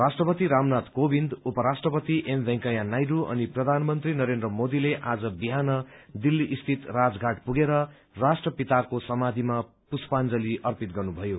राष्ट्रपति रामनाथ कोविन्द उपराष्ट्रपति एम वेंकैया नायडू अनि प्रधानमन्त्री नरेन्द्र मोदीले आज विहान दिल्ली स्थित राजघाट पुगेर राष्ट्रपिताको समाधीमा पुष्पांजलि अर्पित गर्नुभयो